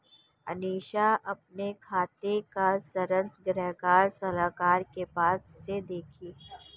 मनीषा अपने खाते का सारांश ग्राहक सलाहकार के पास से देखी